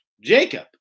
Jacob